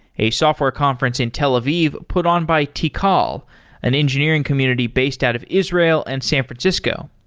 a software conference in tel aviv put on by tikal, an engineering community based out of israel and san francisco.